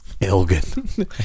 Elgin